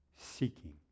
seeking